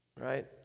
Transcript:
right